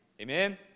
Amen